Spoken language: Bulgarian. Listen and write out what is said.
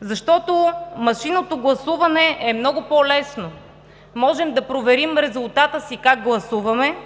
Защото машинното гласуване е много по-лесно – можем да проверим резултата си как гласуваме,